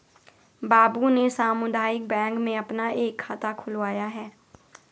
बाबू ने सामुदायिक बैंक में अपना एक खाता खुलवाया है